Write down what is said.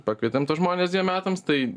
pakvietėm tuos žmones dviem metams tai